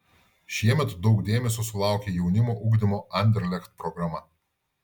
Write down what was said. šiemet daug dėmesio sulaukė jaunimo ugdymo anderlecht programa